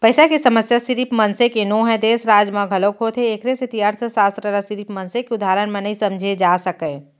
पइसा के समस्या सिरिफ मनसे के नो हय, देस, राज म घलोक होथे एखरे सेती अर्थसास्त्र ल सिरिफ मनसे के उदाहरन म नइ समझे जा सकय